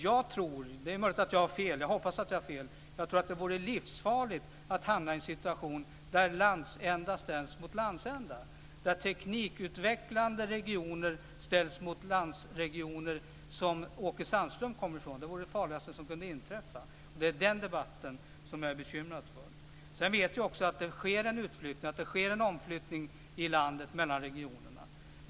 Det är möjligt att jag har fel, och jag hoppas att jag har fel, men jag tror att det vore livsfarligt att hamna i en situation där landsända ställs mot landsända och där teknikutvecklande regioner ställs mot landsregioner som den Åke Sandström kommer ifrån. Det vore det farligaste som kunde inträffa. Det är den debatten som jag är bekymrad för. Vi vet att det sker en utflyttning och en omflyttning i landet mellan regionerna.